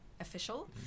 official